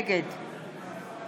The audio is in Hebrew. נגד